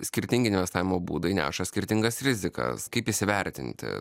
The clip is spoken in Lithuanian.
skirtingi investavimo būdai neša skirtingas rizikas kaip įsivertinti